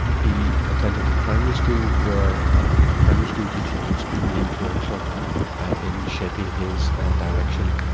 he attended the primary school, where a primary schoolteacher was extremely influential in shaping his direction.